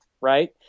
Right